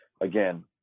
again